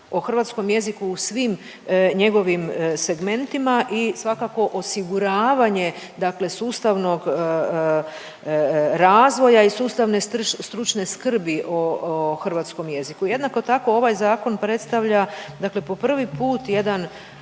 o hrvatskom jeziku u svim njegovim segmentima i svakako, osiguravanje dakle sustavnog razvoja i sustavne stručne skrbi o hrvatskom jeziku. Jednako tako, ovaj Zakon predstavlja dakle po prvi put jedan,